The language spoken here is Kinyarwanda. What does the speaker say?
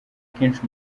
kenshi